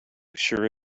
sure